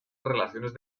relaciones